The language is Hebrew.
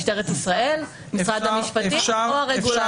משטרת ישראל, משרד המשפטים או הרגולטור?